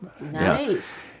Nice